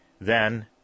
Then